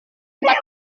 empat